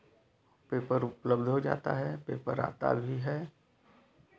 paper उपलब्ध हो जाता है पेपर आता भी है